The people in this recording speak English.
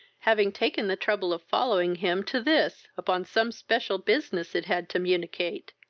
having taken the trouble of following him to this upon some special business it had to municate.